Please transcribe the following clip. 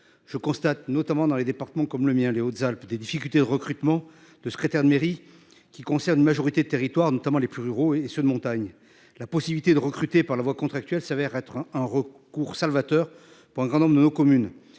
Je constate notamment dans les départements comme le mien, les Hautes-Alpes, des difficultés de recrutement de secrétaire de mairie qui concerne majorité territoire notamment les plus ruraux et ceux de montagne, la possibilité de recruter par la voie contractuelle s'avère être un, un recours salvateur pour un grand nombre de nos communes.